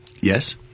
Yes